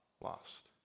lost